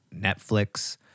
Netflix